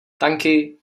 tanky